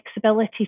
flexibility